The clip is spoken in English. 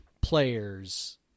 players